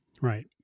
Right